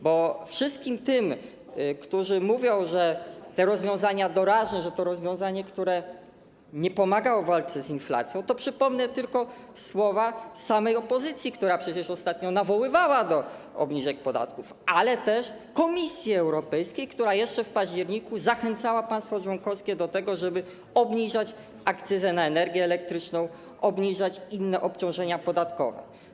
Bo wszystkim tym, którzy mówią, że jest to rozwiązanie doraźne, rozwiązanie, które nie pomaga w walce z inflacją, przypomnę tylko słowa samej opozycji, która ostatnio nawoływała przecież do obniżenia podatków, a także Komisji Europejskiej, która jeszcze w październiku zachęcała państwa członkowskie do tego, żeby obniżać akcyzę na energię elektryczną, obniżać inne obciążenia podatkowe.